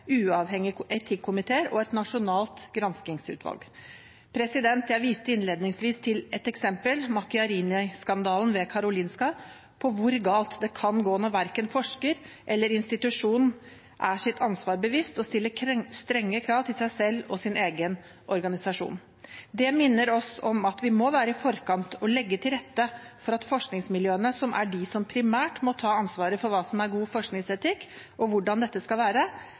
og et nasjonalt granskingsutvalg. Jeg viste innledningsvis til et eksempel – Macchiarini-skandalen ved Karolinska – på hvor galt det kan gå når verken forsker eller institusjon er sitt ansvar bevisst og stiller strenge krav til seg selv og sin egen organisasjon. Det minner oss om at vi må være i forkant og legge til rette for at forskningsmiljøene, som er de som primært må ta ansvaret for hva som er god forskningsetikk, og hvordan dette skal være,